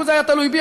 לו זה היה תלוי בי,